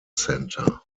center